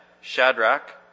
Shadrach